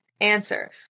answer